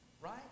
Right